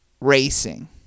Racing